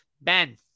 Ben